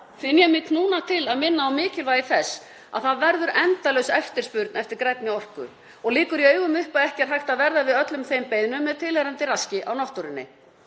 finn ég mig knúna til að minna á mikilvægi þess að það verður endalaus eftirspurn eftir grænni orku og liggur í augum uppi að ekki er hægt að verða við öllum þeim beiðnum með tilheyrandi raski á náttúrunni.